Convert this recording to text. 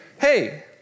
hey